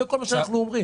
זה כל מה שאנחנו אומרים.